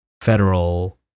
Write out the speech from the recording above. federal